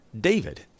David